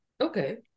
okay